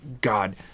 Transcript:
God